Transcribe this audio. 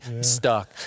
stuck